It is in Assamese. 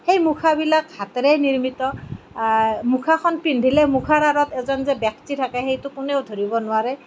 সেই মুখাবিলাক হাতেৰে নিৰ্মিত মুখাখন পিন্ধিলে মুখাৰ আঁৰত যে এজন ব্যক্তি থাকে সেইটো কোনেও ধৰিব নোৱাৰে